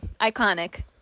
Iconic